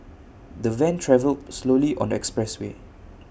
the van travelled slowly on the expressway